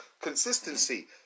Consistency